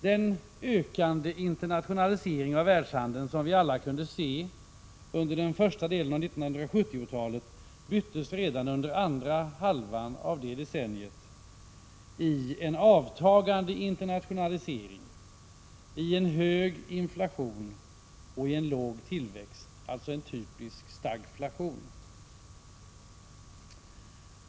Den ökande internationalisering av världshandeln som vi alla kunde se under den första delen av 1970-talet förbyttes redan under andra halvan av detta decennium i en avtagande internationalisering, en hög inflation och låg tillväxt, alltså en typisk ”stagflation”.